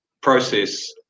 process